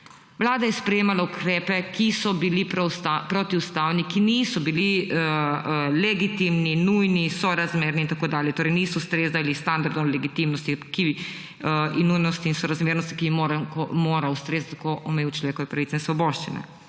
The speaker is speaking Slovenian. Vlada sprejemala ukrepe, ki so bili protiustavni, ki niso bili legitimni, nujni, sorazmerni in tako dalje, torej niso ustrezali standardom legitimnosti in nujnosti in sorazmernosti, ki jim morajo ustrezati, ko omejujejo človekove pravice in svoboščine.